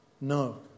No